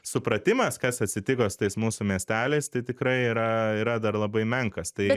supratimas kas atsitiko su tais mūsų miesteliais tai tikrai yra yra dar labai menkas tai